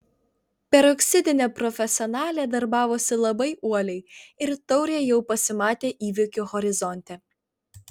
peroksidinė profesionalė darbavosi labai uoliai ir taurė jau pasimatė įvykių horizonte